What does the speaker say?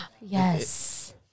Yes